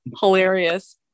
hilarious